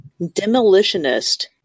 demolitionist